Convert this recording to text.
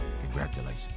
congratulations